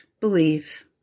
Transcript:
believe